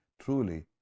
truly